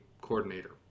coordinator